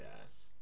yes